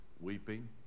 weeping